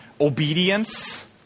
obedience